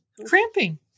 cramping